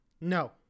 No